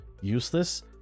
useless